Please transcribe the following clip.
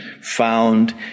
found